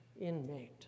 inmate